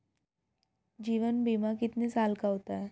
जीवन बीमा कितने साल का होता है?